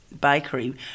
bakery